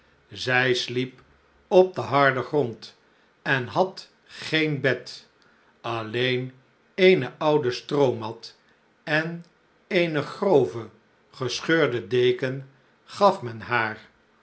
zij sliep op den harden grond en had geen bed alleen eene oude stroomat en eene grove gescheurde deken gaf men haar